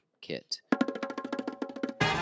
kit